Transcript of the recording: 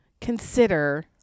consider